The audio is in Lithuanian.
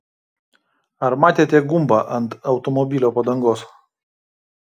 ar matėte gumbą ant automobilio padangos